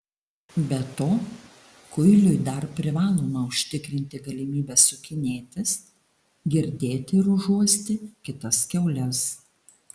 be to kuiliui dar privaloma užtikrinti galimybę sukinėtis girdėti ir užuosti kitas kiaules